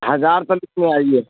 ہزار آئیے